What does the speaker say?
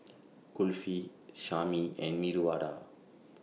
Kulfi Sashimi and Medu Vada